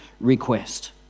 request